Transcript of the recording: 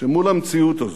שמול המציאות הזאת,